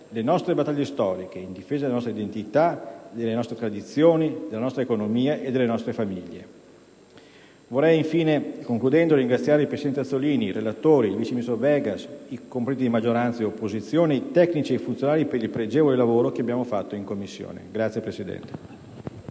le nostre battaglie storiche in difesa della nostra identità, delle nostre tradizioni, della nostra economia e delle nostre famiglie. Vorrei infine ringraziare il presidente Azzollini, i relatori, il vice ministro Vegas, i componenti di maggioranza e opposizione, i tecnici ed i funzionari per il pregevole lavoro che abbiamo svolto in Commissione. PRESIDENTE.